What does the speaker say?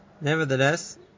Nevertheless